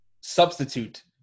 substitute